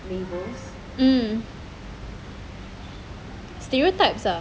mm stereotypes ah